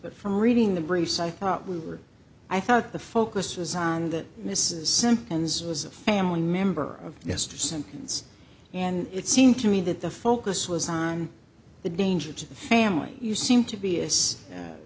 but from reading the briefs i thought we were i thought the focus was on that mrs simpkins was a family member of yes to some things and it seemed to me that the focus was on the danger to the family you seem to be is